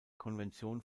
konvention